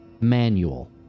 manual